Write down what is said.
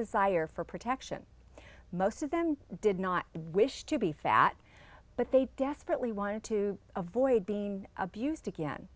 desire for protection most of them did not wish to be fat but they desperately wanted to avoid being abused again